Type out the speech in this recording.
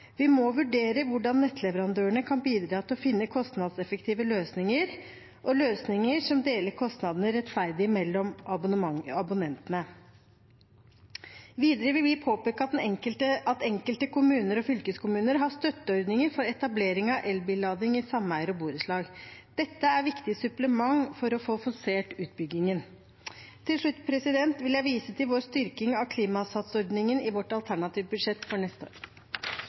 Vi må vurdere hvordan nettleverandørene kan bidra til å finne kostnadseffektive løsninger, og løsninger som deler kostnadene rettferdig mellom abonnentene. Videre vil vi påpeke at enkelte kommuner og fylkeskommuner har støtteordninger for etablering av elbillading i sameier og borettslag. Dette er viktige supplement for å få forsert utbyggingen. Til slutt vil jeg vise til vår styrking av Klimasats-ordningen i vårt alternative budsjett for neste år.